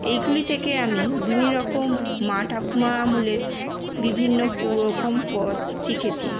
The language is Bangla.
এইগুলি থেকে আমি বিভিন্ন রকম মা ঠাকুমা আমলের বিভিন্ন পদ শিখেছি